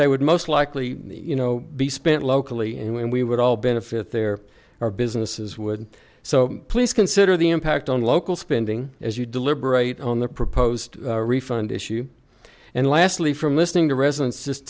they would most likely you know be spent locally and we would all benefit there are businesses would so please consider the impact on local spending as you deliberate on the proposed refund issue and lastly from listening to residents just